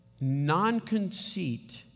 non-conceit